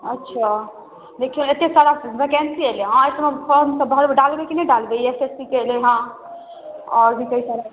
अच्छा देखिऔ एतेक सारा वैकेन्सी एलै हँ एखनो फॉर्म सभ भर डालबै कि नहि डालबै एस एस सी के एलै हँ आओर भी कइ सारा